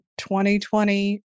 2020